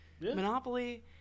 Monopoly